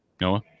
Noah